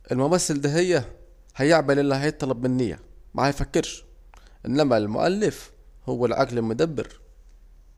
الممسل دهيه هيعمل الي هيطلب منيه مهيفكرش، إنما المؤلف هو العجب المدبر